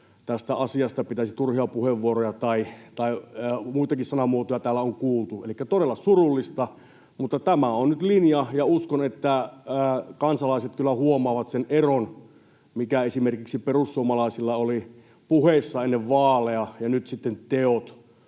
tästä asiasta pitäisi turhia puheenvuoroja, ja muitakin sanamuotoja täällä on kuultu. Elikkä todella surullista, mutta tämä on nyt linja, ja uskon, että kansalaiset kyllä huomaavat sen eron, mikä esimerkiksi perussuomalaisilla on ollut puheissa ennen vaaleja ja nyt sitten teoissa